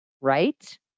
right